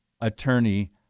attorney